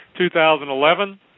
2011